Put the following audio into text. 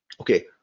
okay